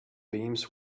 beams